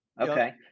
Okay